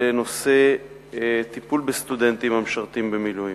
לנושא הטיפול בסטודנטים המשרתים במילואים.